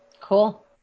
Cool